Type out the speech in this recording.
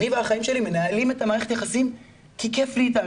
אני והאחאים שלי מנהלים את מערכת היחסים כי כיף לי איתם,